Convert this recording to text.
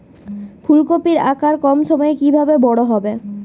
ফুলকপির আকার কম সময়ে কিভাবে বড় হবে?